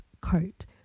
coat